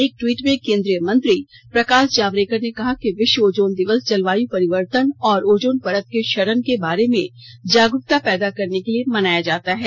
एक ट्यीट में केन्द्रीय मंत्री प्रकाश जायडेकर ने कहा कि विश्य ओजोन दिवस जलवायु परिवर्तन और ओजोन परत के क्षरण के बारे में जागरूकता पैदा करने के लिए मनाया जाता है